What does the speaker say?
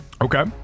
Okay